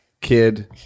kid